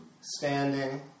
standing